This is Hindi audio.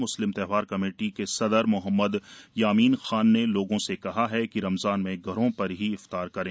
म्स्लिम त्यौहार कमेटी के सदर मोहम्मद यामीन खान ने लोगों से कहा है कि रमजान में घरों पर ही इफ्तार करें